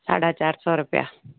साढा चार सौ रुपिया